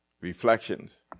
Reflections